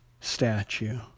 statue